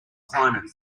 climate